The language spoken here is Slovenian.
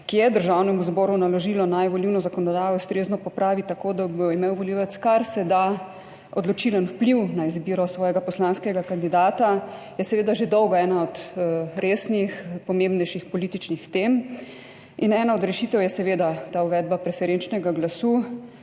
ki je Državnemu zboru naložilo, naj volilno zakonodajo ustrezno popravi tako, da bo imel volivec karseda odločilen vpliv na izbiro svojega poslanskega kandidata, je seveda že dolgo ena od resnih, pomembnejših političnih tem in ena od rešitev je seveda ta uvedba preferenčnega glasu.